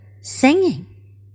singing